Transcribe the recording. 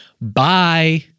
Bye